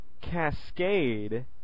cascade